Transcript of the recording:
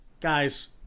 guys